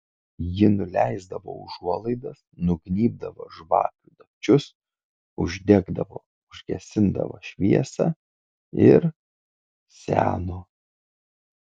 ji nuleisdavo užuolaidas nugnybdavo žvakių dagčius uždegdavo užgesindavo šviesą ir seno